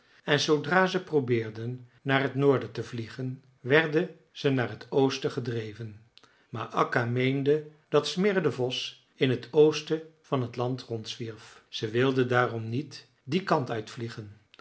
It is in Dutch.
en zoodra ze probeerden naar het noorden te vliegen werden zij naar het oosten gedreven maar akka meende dat smirre de vos in t oosten van t land rondzwierf ze wilde daarom niet dien kant uitvliegen